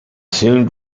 soon